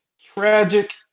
Tragic